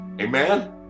amen